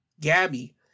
Gabby